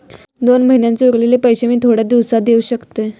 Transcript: दोन महिन्यांचे उरलेले पैशे मी थोड्या दिवसा देव शकतय?